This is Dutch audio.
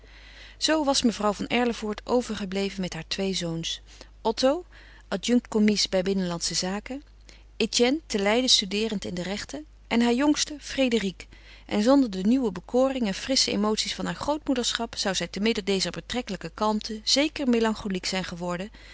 zoo was mevrouw van erlevoort overgebleven met haar twee zoons otto adjunct kommies bij binnenlandsche zaken etienne te leiden studeerend in de rechten en haar jongste frédérique en zonder de nieuwe bekoring en frissche emoties van haar grootmoederschap zou zij te midden dezer betrekkelijke kalmte zeker melancholiek zijn geworden